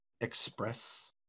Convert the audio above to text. express